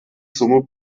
summe